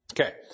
Okay